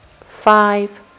five